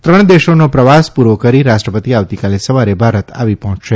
ત્રણ દેશોનો પ્રવાસ પૂરો કરીને રાષ્ટ્રપતિ આવતીકાલે સવારે ભારત આવી પહોંચશે